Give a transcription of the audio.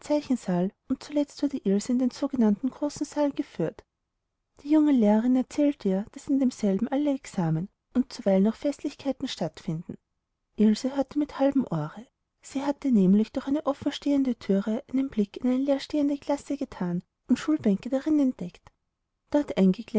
und zuletzt wurde ilse in den sogenannten großen saal geführt die junge lehrerin erzählte ihr daß in demselben alle examen und zuweilen auch festlichkeiten stattfänden ilse hörte mit halbem ohre sie hatte nämlich durch eine offenstehende thür einen blick in eine leerstehende klasse gethan und schulbänke darin entdeckt dort